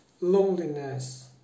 loneliness